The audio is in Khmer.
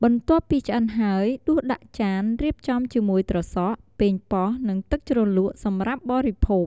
បន្ទាប់ពីឆ្អិនហើយដួសដាក់ចាន រៀបចំជាមួយត្រសក់ ប៉េងប៉ោះ និងទឹកជ្រលក់ សម្រាប់បរិភោគ។